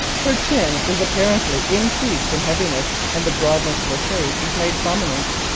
her chin is apparently increased in heaviness and the broadness of her face is made prominent.